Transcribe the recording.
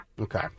okay